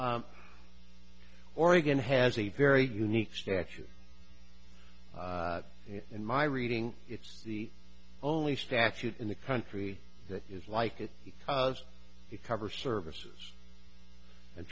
oregon has a very unique statute in my reading it's the only statute in the country that is like it because it covers services and